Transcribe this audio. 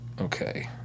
Okay